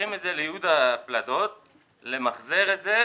שולחים את זה ליהודה פלדות למחזר את זה,